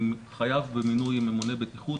חייב במינוי ממונה בטיחות,